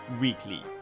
weekly